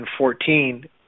2014